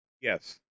Yes